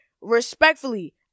respectfully